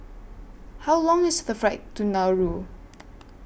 How Long IS The Flight to Nauru